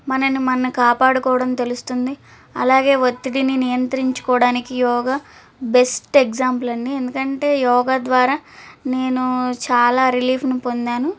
మనల్ని మనం కాపాడుకోవడం తెలుస్తుంది అలాగే ఒత్తిడిని నియంత్రించుకోవడానికి యోగ బెస్ట్ ఎగ్జాంపుల్ అండి ఎందుకంటే యోగ ద్వారా నేను చాలా రిలీఫ్ని పొందాను